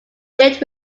built